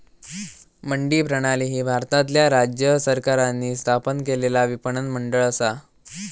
मंडी प्रणाली ही भारतातल्या राज्य सरकारांनी स्थापन केलेला विपणन मंडळ असा